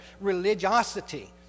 religiosity